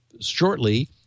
shortly